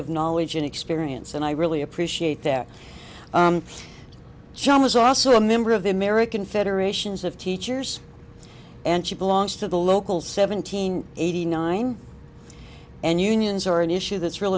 of knowledge and experience and i really appreciate that john was also a member of the american federation of teachers and she belongs to the local seventeen eighty nine and unions are an issue that's real